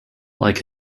like